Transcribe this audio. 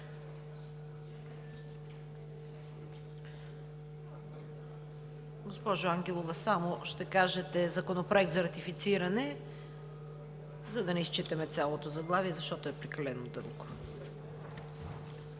Госпожо Ангелова, само ще кажете „Законопроект за ратифициране…“, за да не изчитаме цялото заглавие, защото е прекалено дълго.